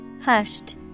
Hushed